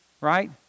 right